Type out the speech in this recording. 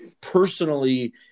personally